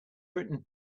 written